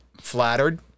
flattered